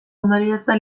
ondoriozta